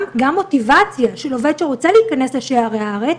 גם מוטיבציה של עובד שרוצה להיכנס בשערי הארץ,